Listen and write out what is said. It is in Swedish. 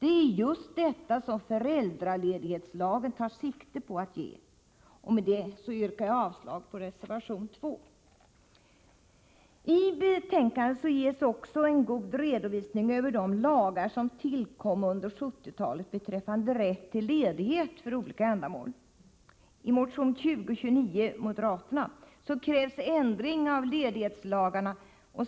Det är just detta som föräldraledighetslagen tar sikte på att ge. Med detta yrkar jag avslag på reservation 2. I betänkandet ges också en god redovisning över de lagar som tillkom under 1970-talet beträffande rätt till ledighet för olika ändamål. I motion 2029 från moderaterna krävs ändring av ledighetslagarna.